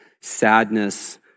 sadness